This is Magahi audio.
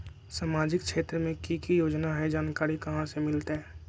सामाजिक क्षेत्र मे कि की योजना है जानकारी कहाँ से मिलतै?